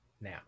Now